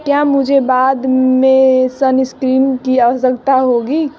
क्या मुझे बाद में सनस्क्रीन की आवश्यकता होगी